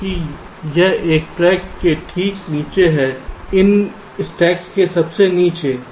क्योंकि यह इस ट्रैक के ठीक नीचे है इन स्टैक के सबसे नीचे